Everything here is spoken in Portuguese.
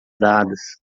dadas